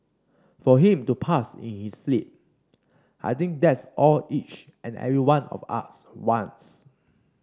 for him to pass in his sleep I think that's all each and every one of us wants